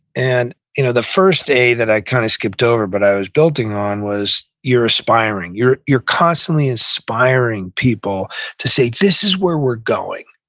and you know the first a that i kind of skipped over, but i was building on, was you're aspiring. you're you're constantly inspiring people to say, this is where we're going.